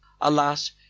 alas